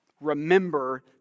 Remember